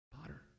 potter